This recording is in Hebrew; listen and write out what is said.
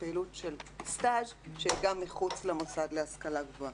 ופעילות של סטאז' שהיא גם מחוץ למוסד להשכלה גבוהה.